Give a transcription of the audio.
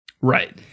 Right